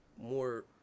more